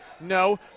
no